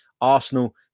Arsenal